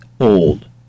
old